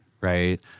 right